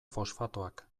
fosfatoak